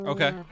Okay